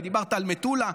ודיברת על מטולה,